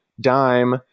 dime